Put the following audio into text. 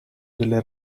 delle